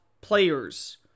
players